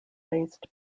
based